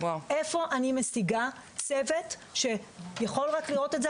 איפה אני משיגה צוות שיכול רק לראות את זה,